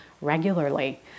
regularly